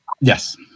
Yes